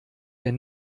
ihr